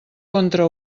contra